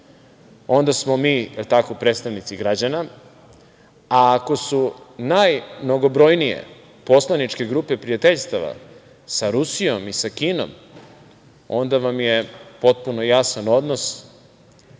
onda smo mi predstavnici građana, a ako su najmnogobrojnije poslaničke grupe prijateljstava sa Rusijom i sa Kinom, onda vam je potpuno jasan odnos